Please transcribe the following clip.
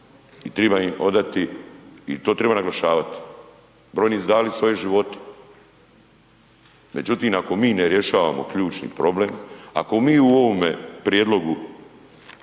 i triba im odati i to triba naglašavati, brojni su dali svoje živote. Međutim, ako mi ne rješavamo ključni problem, ako mi u ovome prijedlogu